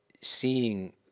seeing